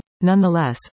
nonetheless